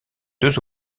deux